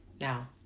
Now